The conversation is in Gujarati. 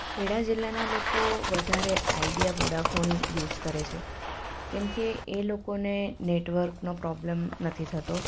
ખેડા જિલ્લાના લોકો વધારે આઇડિયા વોડાફોન યુસ કરે છે કેમ કે એ લોકોને નેટવર્કનો પ્રોબલમ નથી થતો